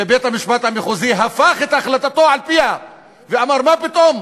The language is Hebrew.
ובית-המשפט המחוזי הפך את החלטתו על פיה ואמר: מה פתאום?